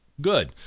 good